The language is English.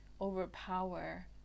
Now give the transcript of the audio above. overpower